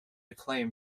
acclaim